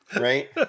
right